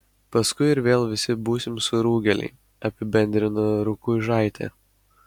paskui ir vėl visi būsim surūgėliai apibendrino rukuižaitė